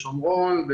בשומרון,